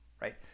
right